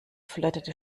flirtete